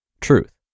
Truth